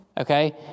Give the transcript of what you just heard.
okay